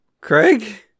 Craig